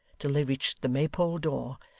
till they reached the maypole door,